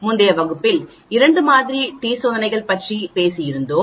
முந்தைய வகுப்பில் இரண்டு மாதிரி டி சோதனைகள் பற்றி பேசியிருந்தோம்